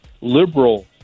liberal